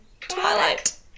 Twilight